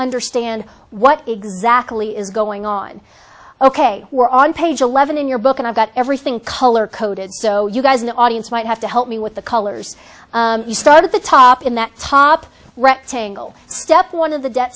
understand what exactly is going on ok we're on page eleven in your book and i've got everything color coded so you guys in the audience might have to help me with the colors you start at the top in the top rectangle step one of the debt